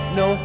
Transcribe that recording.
no